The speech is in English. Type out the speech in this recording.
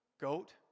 goat